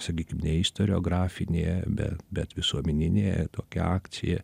sakym ne istoriografinė be bet visuomenė tokia akcija